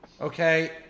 okay